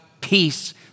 peace